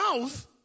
mouth